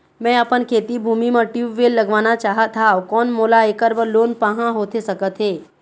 मैं अपन खेती भूमि म ट्यूबवेल लगवाना चाहत हाव, कोन मोला ऐकर बर लोन पाहां होथे सकत हे?